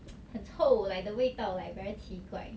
很臭 like the 味道 like very 奇怪